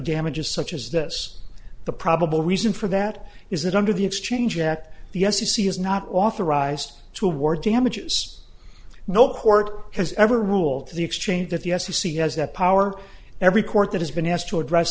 damages such as this the probable reason for that is that under the exchange at the f c c is not authorized to award damages no court has ever ruled to the exchange that the f c c has that power every court that has been asked to address